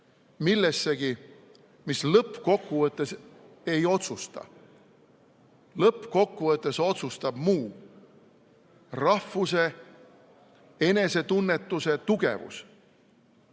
millessegi, mis lõppkokkuvõttes ei otsusta. Lõppkokkuvõttes otsustab muu: rahvuse enesetunnetuse tugevus,